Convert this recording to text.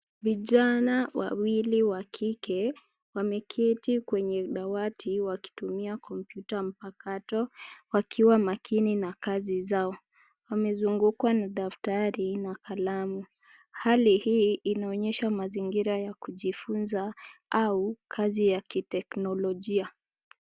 Vijana wawili wa kike wameketi kwenye dawati wakitumia kompyuta mpakato wakiwa makini na kazi zao. Wamezungukwa na daftari na kalamu. Hali hii inaonyesha mazingira ya kujifunza au kazi ya kiteknolojia.